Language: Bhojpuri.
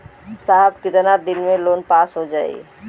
साहब कितना दिन में लोन पास हो जाई?